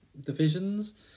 divisions